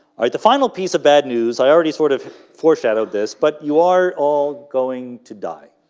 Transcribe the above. all right the final piece of bad news. i already sort of foreshadowed this, but you are all going to die